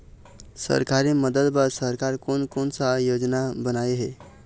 सरकारी मदद बर सरकार कोन कौन सा योजना बनाए हे?